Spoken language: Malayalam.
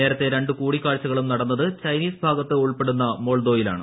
നേരത്തെ രണ്ടു കൂടിക്കാഴ്ചകളും നടന്നത് ചൈനീസ് ഭാഗത്ത് ഉൾപ്പെടുന്ന മോൾദോയിലാണ്